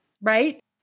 right